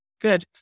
Good